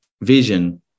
vision